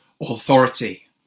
authority